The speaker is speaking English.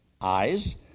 eyes